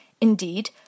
Indeed